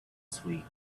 sweet